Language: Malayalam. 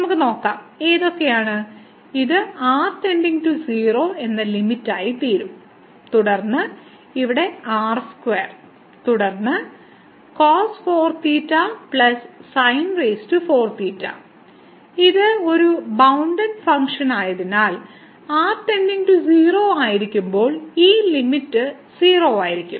നമുക്ക് നോക്കാം ഏതൊക്കെയാണ് ഇത് r → 0 എന്ന ലിമിറ്റായിത്തീരും തുടർന്ന് ഇവിടെ r2 തുടർന്ന് cos4 ഇത് ഒരു ബൌണ്ടഡ് ഫംഗ്ഷൻ ആയതിനാൽ r → 0 ആയിരിക്കുമ്പോൾ ഈ ലിമിറ്റ് 0 ആയിരിക്കും